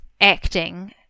acting